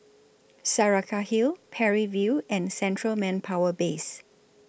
Saraca Hill Parry View and Central Manpower Base